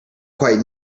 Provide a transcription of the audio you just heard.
quite